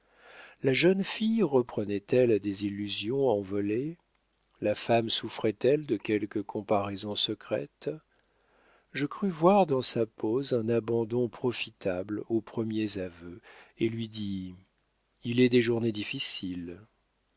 la jeune fille reprenait elle des illusions envolées la femme souffrait elle de quelque comparaison secrète je crus voir dans sa pose un abandon profitable aux premiers aveux et lui dis il est des journées difficiles